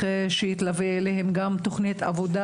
שעשה ועבד,